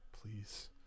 Please